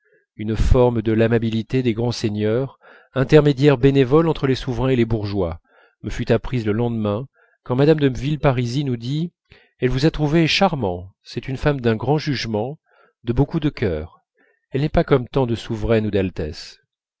une forme de l'amabilité des grands seigneurs intermédiaires bénévoles entre les souverains et les bourgeois me fut apprise le lendemain quand mme de villeparisis nous dit elle vous a trouvés charmants c'est une femme d'un grand jugement de beaucoup de cœur elle n'est pas comme tant de souveraines ou d'altesses